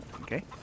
Okay